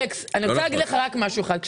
אלכס, אני רוצה להגיד לך משהו אחד.